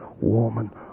woman